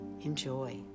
Enjoy